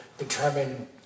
determine